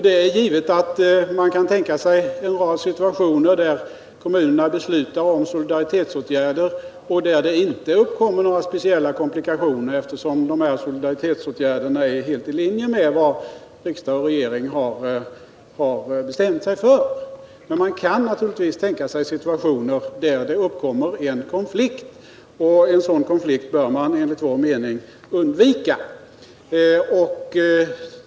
Det är givet att man kan tänka sig en rad situationer där kommunerna beslutar om solidaritetsåtgärder och där det inte uppkommer några speciella komplikationer, eftersom solidaritetsåtgärderna är helt i linje med vad riksdag och regering har bestämt sig för. Men man kan naturligtvis också tänka sig situationer där det uppkommer en konflikt, och en sådan bör man enligt vår mening undvika.